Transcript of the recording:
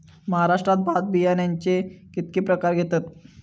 महाराष्ट्रात भात बियाण्याचे कीतके प्रकार घेतत?